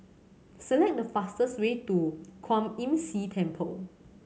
select the fastest way to Kwan Imm See Temple